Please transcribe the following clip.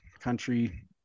country